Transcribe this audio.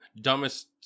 dumbest